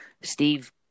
Steve